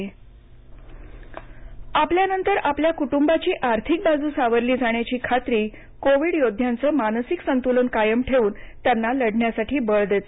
विमा संरक्षण आपल्यानंतर आपल्या कुटुंबाची आर्थिक बाजू सावरली जाण्याची खात्री कोविड योद्ध्यांच मानसिक संतुलन कायम ठेवून त्यांना लढण्यासाठी बळ देते